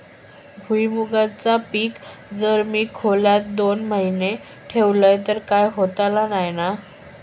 भुईमूगाचा पीक जर मी खोलेत दोन महिने ठेवलंय तर काय होतला नाय ना?